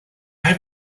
have